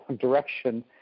direction